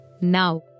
now